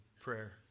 prayer